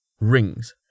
Rings